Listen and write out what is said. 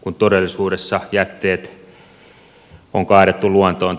kun todellisuudessa jätteet on kaadettu luontoon tai viemäriverkostoon